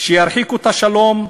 שירחיקו את השלום,